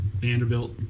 Vanderbilt